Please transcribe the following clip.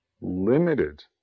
limited